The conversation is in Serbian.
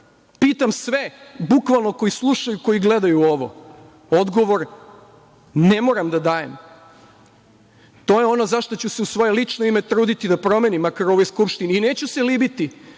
Pitam sve, bukvalno koji slušaju, koji gledaju ovo, odgovor ne moram da dajem. To je ono za šta ću se u svoje lično ime truditi da promenim, makar u ovoj Skupštini, i neću se libiti